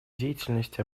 деятельности